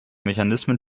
mechanismen